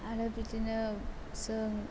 आरो बिदिनो जों